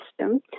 system